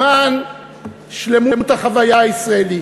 למען שלמות החוויה הישראלית,